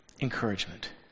Encouragement